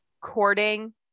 courting